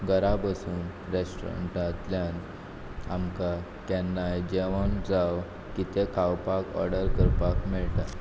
घरा बसून रेस्टोरंटांतल्यान आमकां केन्नाय जेवण जावं कितें खावपा ऑर्डर करपाक मेळटा